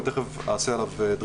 אני תכף אתייחס אליו.